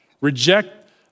Reject